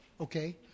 okay